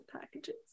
packages